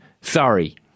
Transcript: Sorry